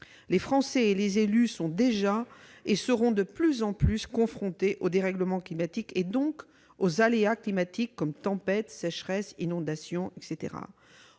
Les Français et les élus locaux sont déjà, et seront de plus en plus confrontés aux dérèglements climatiques, et donc aux aléas climatiques comme les tempêtes, les sécheresses, les inondations, etc.